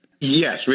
Yes